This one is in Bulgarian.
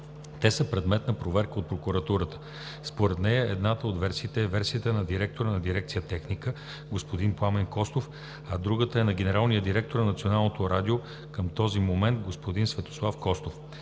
Те са предмет на проверка от прокуратурата. Според нея едната от версиите е версията на директора на дирекция „Техника“ господин Пламен Костов, а другата е на генералния директор на Националното радио към този момент господин Светослав Костов.